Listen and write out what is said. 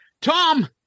Tom